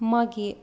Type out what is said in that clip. ꯃꯥꯒꯤ